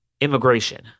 Immigration